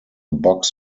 box